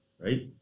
right